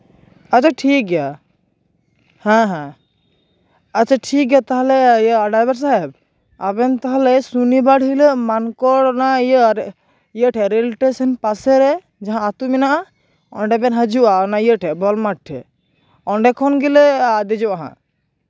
ᱟᱪᱪᱷᱟ ᱴᱷᱤᱠ ᱜᱮᱭᱟ ᱦᱮᱸ ᱦᱮᱸ ᱟᱪᱪᱷᱟ ᱴᱷᱤᱠᱜᱮᱭᱟ ᱛᱟᱦᱚᱞᱮ ᱤᱭᱟᱹ ᱰᱟᱭᱵᱷᱟᱨ ᱥᱟᱦᱮᱵᱽ ᱟᱵᱮᱱ ᱛᱟᱦᱚᱞᱮ ᱥᱩᱱᱤ ᱵᱟᱨ ᱦᱤᱞᱳᱜ ᱤᱭᱟᱹ ᱚᱱᱟ ᱢᱟᱱᱠᱚᱨ ᱤᱭᱟᱹ ᱴᱷᱮᱡ ᱨᱮᱹᱞ ᱴᱮᱥᱚᱱ ᱯᱟᱥᱮ ᱨᱮ ᱡᱟᱦᱟᱸ ᱟᱛᱳ ᱢᱮᱱᱟᱜᱼᱟ ᱚᱸᱰᱮ ᱵᱮᱱ ᱦᱟᱡᱩᱜᱼᱟ ᱚᱱᱟ ᱤᱭᱟᱹ ᱴᱷᱮᱡ ᱵᱚᱞ ᱢᱟᱴᱷ ᱴᱷᱮᱡ ᱚᱸᱰᱮ ᱠᱷᱚᱱ ᱜᱮᱞᱮ ᱫᱮᱡᱚᱜᱼᱟ ᱦᱟᱸᱜ